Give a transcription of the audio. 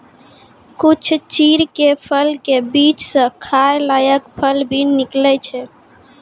कुछ चीड़ के फल के बीच स खाय लायक फल भी निकलै छै